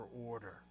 order